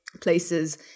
places